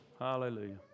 Hallelujah